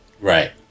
right